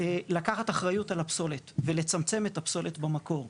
לקחת אחריות על הפסולת ולצמצם את הפסולת במקור.